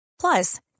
Plus